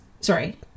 Sorry